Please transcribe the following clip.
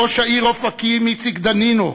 ראש העיר אופקים איציק דנינו,